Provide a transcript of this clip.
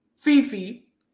Fifi